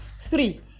Three